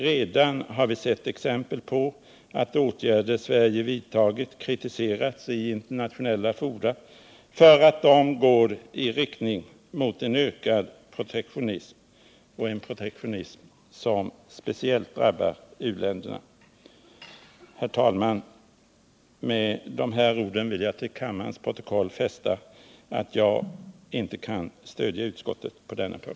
Redan nu har vi sett exempel på att åtgärder som Sverige har vidtagit kritiserats i internationella fora, därför att de verkar i riktning mot en ökning av protektionismen, en protektionism som speciellt drabbar u-länderna. Herr talman! Med de här orden har jag i kammarens protokoll velat visa att jag på denna punkt inte kan stödja utskottsmajoriteten.